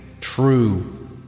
true